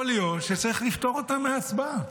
יכול להיות שצריך לפטור אותם מהצבעה.